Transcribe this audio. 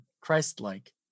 Christ-like